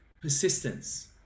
persistence